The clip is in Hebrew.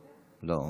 לא.